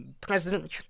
president